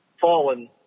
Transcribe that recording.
fallen